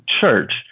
church